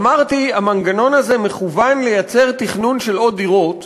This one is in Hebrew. אמרתי: המנגנון הזה מכוון לייצר תכנון של עוד דירות,